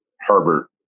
Herbert